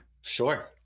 Sure